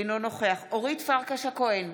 אינו נוכח אורית פרקש הכהן,